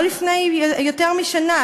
לפני לא יותר משנה,